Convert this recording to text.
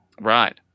Right